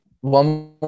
One